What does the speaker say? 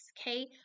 Okay